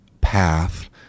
path